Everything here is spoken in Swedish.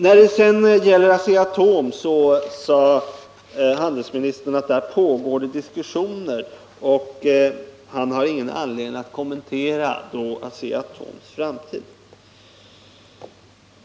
När det sedan gäller Asea-Atom sade handelsministern att det där pågår diskussioner och att han inte har någon anledning att kommentera Asea Atoms framtid.